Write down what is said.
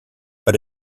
but